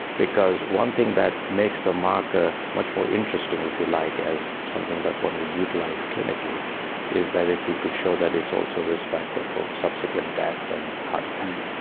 because one thing that makes the marker much more interesting if you like as something that one would utilise clinically is that if we could show that it's also a risk factor for subsequent death and heart attack.